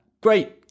Great